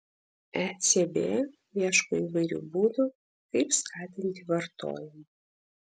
ecb ieško įvairių būdų kaip skatinti vartojimą